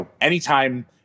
anytime